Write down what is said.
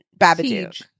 Babadook